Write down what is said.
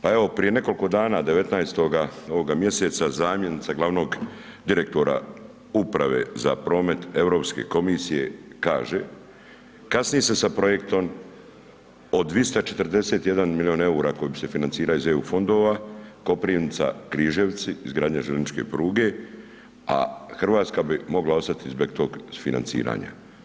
Pa evo prije nekoliko dana 19. ovoga mjeseca zamjenica glavnog direktora Uprave za promet Europske komisije kaže, kasni se sa projektom od 241 milion EUR-a kojim se financira iz EU fondova Koprivnica – Križevci izgradnja željezničke pruge, a Hrvatska bi mogla ostati bez tog financiranja.